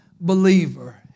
believer